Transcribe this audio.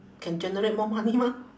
can generate more money mah